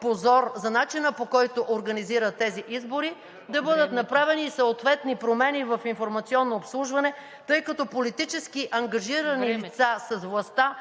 позор за начина, по който организира тези избори (реплика от ГЕРБ-СДС: „Времето!“), да бъдат направени и съответни промени в „Информационно обслужване“, тъй като политически ангажирани лица с властта,